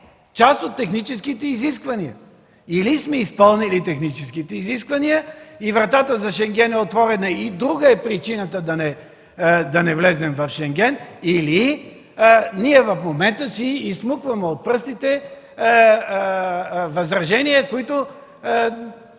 част от техническите изисквания. Или сме изпълнили техническите изисквания и вратата за Шенген е отворена и друга е причината да не влезем в Шенген, или ние в момента си изсмукваме от пръстите възражения, по